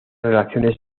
relaciones